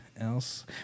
else